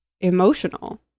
emotional